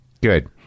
good